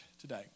today